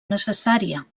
necessària